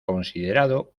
considerado